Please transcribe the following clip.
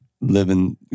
living